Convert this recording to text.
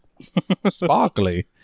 Sparkly